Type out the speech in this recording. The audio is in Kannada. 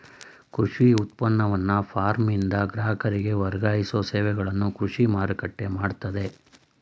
ಕೃಷಿ ಉತ್ಪನ್ನವನ್ನ ಫಾರ್ಮ್ನಿಂದ ಗ್ರಾಹಕರಿಗೆ ವರ್ಗಾಯಿಸೋ ಸೇವೆಗಳನ್ನು ಕೃಷಿ ಮಾರುಕಟ್ಟೆ ಮಾಡ್ತದೆ